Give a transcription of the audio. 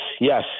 yes